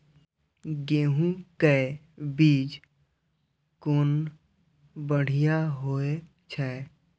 गैहू कै बीज कुन बढ़िया होय छै?